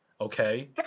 okay